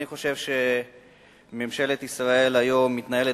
אני חושב שממשלת ישראל היום מתנהלת